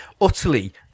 utterly